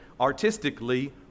artistically